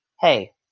Hey